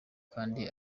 kandi